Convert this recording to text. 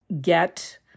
get